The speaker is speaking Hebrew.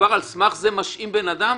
וכבר על סמך זה משעים בן אדם?